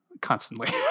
constantly